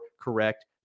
correct